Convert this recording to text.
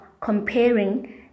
comparing